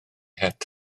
het